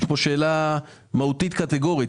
יש פה שאלה מהותית קטגורית.